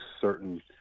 certain